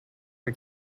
her